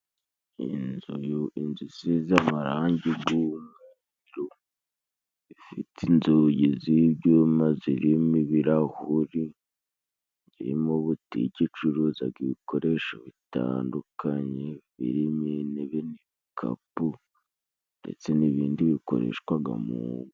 Inzu, inzuzi isize amarangi g'umweru ifite inzugi z'ibyuma zirimo ibirahuri, irimo butike icuruzaga ibikoresho bitandukanye birimo intebe n'ibikapu, ndetse n'ibindi bikoreshwaga mu ngo.